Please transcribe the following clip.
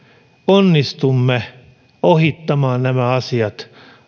onnistumme ohittamaan nämä asiat